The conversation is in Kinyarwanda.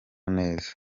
neza